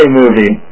movie